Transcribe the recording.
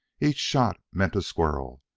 each shot meant a squirrel,